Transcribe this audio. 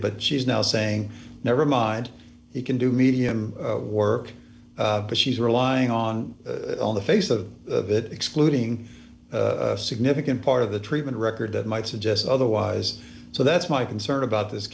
but she's now saying nevermind he can do medium work but she's relying on the face of the bit excluding a significant part of the treatment record that might suggest otherwise so that's my concern about this